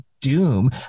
doom